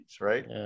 right